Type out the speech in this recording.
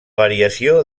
variació